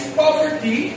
poverty